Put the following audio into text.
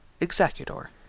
executor